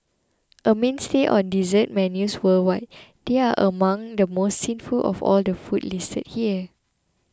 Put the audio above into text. a mainstay on dessert menus worldwide they are among the most sinful of all the foods listed here